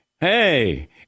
Hey